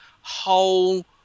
whole